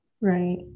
right